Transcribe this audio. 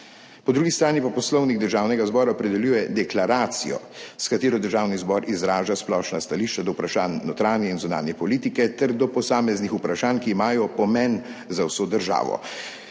Po drugi strani pa Poslovnik Državnega zbora opredeljuje deklaracijo, s katero Državni zbor izraža splošna stališča do vprašanj notranje in zunanje politike ter do posameznih vprašanj, ki imajo pomen za vso državo.